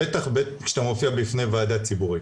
בטח כשאתה מופיע בפני ועדה ציבורית.